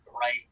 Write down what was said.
Right